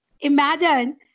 Imagine